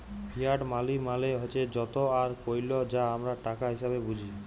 fiat মালি মালে হছে যত আর কইল যা আমরা টাকা হিসাঁবে বুঝি